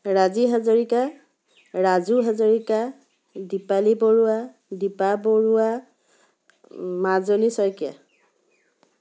Razi Hazarika Raju Hazarika Dipali Barua Dipa Barua Majani Saikia